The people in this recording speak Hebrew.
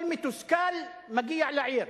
כל מתוסכל מגיע לעיר.